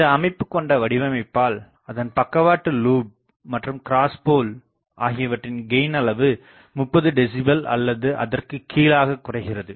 இந்த அமைப்பு கொண்ட வடிவமைப்பால் அதன் பக்கவாட்டு லூப் மற்றும் கிராஸ் போல் ஆகியவற்றின் கெயின் அளவு 30 டெசிபல் அல்லது அதற்கும் கீழாக குறைகிறது